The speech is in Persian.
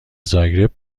زاگرب